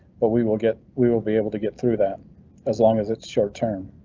but we will get. we will be able to get through that as long as it's short term.